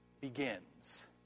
begins